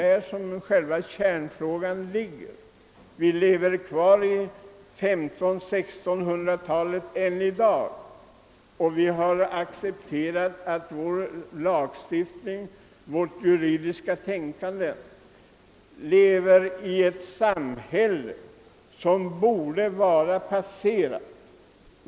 I det fallet lever vi ännu kvar i 1500 och 1600 talen. Hela vår lagstiftning och vårt juridiska tänkande är anpassat efter ett tidigare samhälle, som vi nu borde ha kommit ifrån.